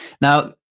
Now